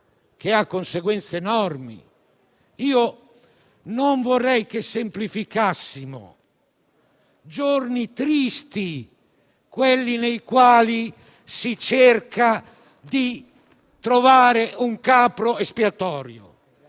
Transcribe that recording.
dove le conseguenze sono enormi. Non vorrei che semplificassimo, sono giorni tristi quelli nei quali si cerca di trovare un capro espiatorio,